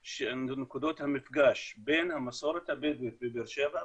נקודות המפגש בין המסורת הבדואית בבאר שבע,